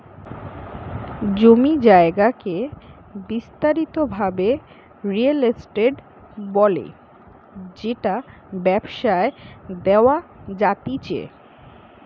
জমি জায়গাকে বিস্তারিত ভাবে রিয়েল এস্টেট বলে যেটা ব্যবসায় দেওয়া জাতিচে